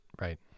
Right